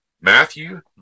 Matthew